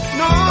no